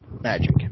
Magic